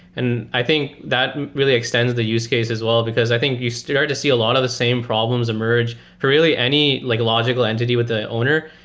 and i think that really extends the use case as wel l, because i think you start to see a lot of the same problems emerge for really any like logical entity with the owner.